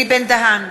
אלי בן-דהן,